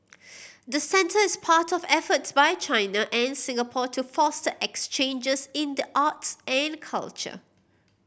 the centre is part of efforts by China and Singapore to foster exchanges in the arts and culture